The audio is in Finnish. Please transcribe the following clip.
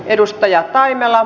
katja taimela